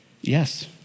yes